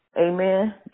Amen